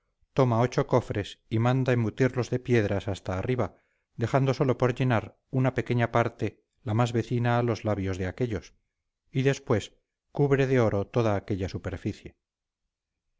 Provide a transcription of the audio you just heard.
toma ocho cofres y manda embutirlos de piedras hasta arriba dejando sólo por llenar una pequeña parte la más vecina a los labios de aquellos y después cubre de oro toda aquella superficie